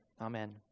Amen